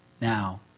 now